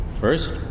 First